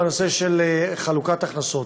בנושא של חלוקת הכנסות,